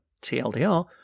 TLDR